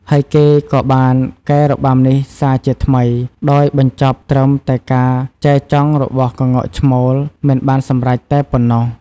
ហើយគេក៏បានកែរបាំនេះសាជាថ្មី ដោយបញ្ចប់ត្រឹមតែការចែចង់របស់ក្ងោកឈ្មោល មិនបានសម្រេចតែប៉ុណ្ណោះ។